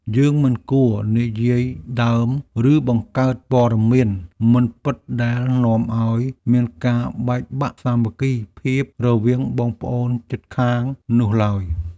យើងមិនគួរនិយាយដើមឬបង្កើតព័ត៌មានមិនពិតដែលនាំឱ្យមានការបែកបាក់សាមគ្គីភាពរវាងបងប្អូនជិតខាងនោះឡើយ។